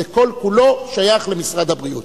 זה כל כולו שייך למשרד הבריאות.